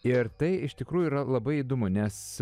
ir tai iš tikrųjų yra labai įdomu nes